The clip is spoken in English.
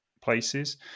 places